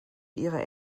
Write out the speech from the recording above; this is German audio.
ihre